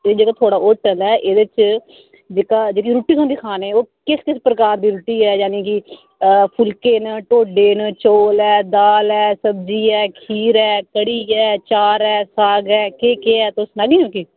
एह् जेह्ड़ा थुहाड़ा जेह्ड़ा होटल ऐ एह्दे च जेह्का जेह्की रुट्टी थ्होंदी खाने च ओह् किस प्रकार दी रुट्टी ऐ जाने की फुलकै न ढोड्डे न चौल ऐ दाल ऐ सब्जी ऐ खीर ऐ कढ़ी ऐ अचार ऐ साग ऐ केह् केह् ऐ तुस सनाह्गियां मिगी